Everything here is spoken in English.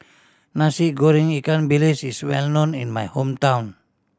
Nasi Goreng ikan bilis is well known in my hometown